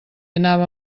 anava